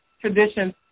traditions